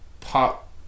pop